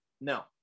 No